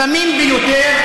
הזמין ביותר,